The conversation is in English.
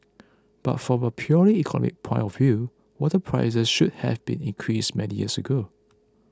but from a purely economic point of view water prices should have been increased many years ago